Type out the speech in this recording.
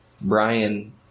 Brian